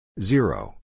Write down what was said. zero